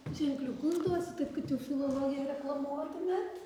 ženkliukus duosiu taip kad jau filologiją reklamuotumėt